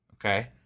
Okay